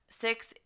Six